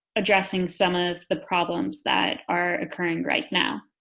addressing some of the problems that are occurring right now.